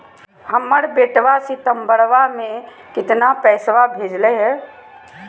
हमर बेटवा सितंबरा में कितना पैसवा भेजले हई?